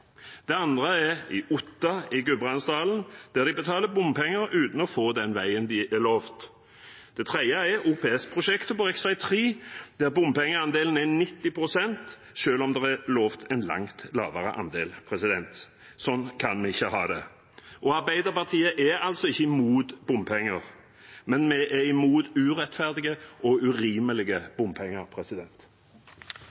Det andre er Otta i Gudbrandsdalen, der de betaler bompenger uten å få den veien de er lovet. Det tredje er OPS-prosjektet på rv. 3, der bompengeandelen er 90 pst., selv om det er lovet en langt lavere andel. Sånn kan vi ikke ha det. Arbeiderpartiet er ikke imot bompenger, men vi er imot urettferdige og urimelige